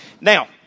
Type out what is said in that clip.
Now